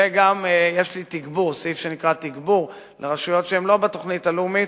וגם יש לי סעיף שנקרא "תגבור" לרשויות שהן לא בתוכנית הלאומית,